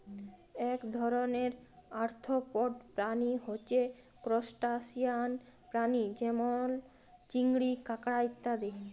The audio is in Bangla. এক ধরণের আর্থ্রপড প্রাণী হচ্যে ত্রুসটাসিয়ান প্রাণী যেমল চিংড়ি, কাঁকড়া ইত্যাদি